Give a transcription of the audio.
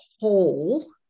whole